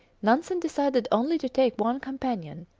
nansen decided only to take one companion,